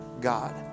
God